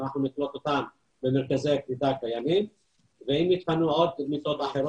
אנחנו נקלוט במרכזי הקליטה הקיימים ואם יהיו לנו עוד מיטות,